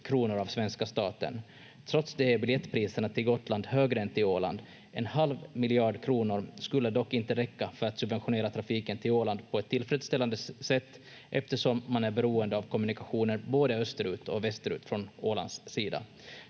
kronor av svenska staten. Trots det är biljettpriserna till Gotland högre än till Åland. En halv miljard kronor skulle dock inte räcka för att subventionera trafiken till Åland på ett tillfredsställande sätt eftersom man är beroende av kommunikationer både österut och västerut från Ålands sida.